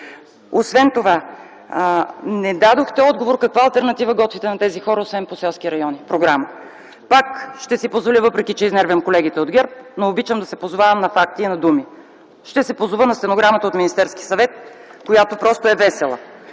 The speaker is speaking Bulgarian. отговор на въпроса: каква алтернатива готвите на тези хора, освен по селска програма? Пак ще си позволя, въпреки че изнервям колегите от ГЕРБ, но обичам да се позовавам на факти и на думи. Ще се позова на стенограмата от Министерски съвет, която просто е весела: